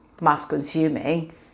mass-consuming